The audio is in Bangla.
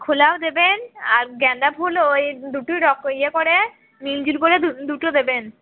খোলাও দেবেন আর গেঁদাফুলও ওই দুটো ইয়ে করে মিল জুল করে দুটো দেবেন